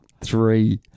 Three